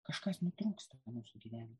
kažkas nutrūksta mūsų gyvenime